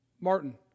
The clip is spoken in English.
Martin